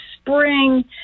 spring